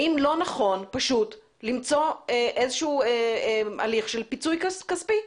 האם לא נכון פשוט למצוא איזשהו הליך של פיצוי כספי.